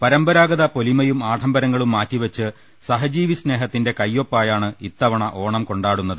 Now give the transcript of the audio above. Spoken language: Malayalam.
പരമ്പരാഗത പൊലിമയും ആഢം ബരങ്ങളും മാറ്റിവെച്ച് സഹജീവി സ്നേഹത്തിന്റെ കൈയൊപ്പായാണ് ഇത്തവണ ഓണം കൊണ്ടാടുന്നത്